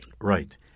right